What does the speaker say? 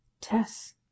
Tess